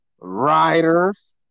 Riders